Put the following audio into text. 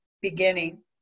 beginning